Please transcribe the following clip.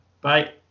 bye